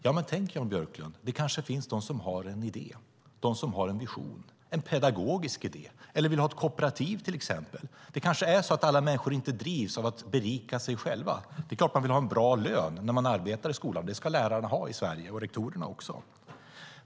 Ja men tänk, Jan Björklund, att det kanske finns de som har en idé, en vision, en pedagogisk idé eller som vill ha ett kooperativ till exempel. Det kanske är så att alla människor inte drivs av att berika sig själva. Det är klart att man vill ha en bra lön när man arbetar i skolan. Det ska lärarna ha i Sverige och också rektorerna.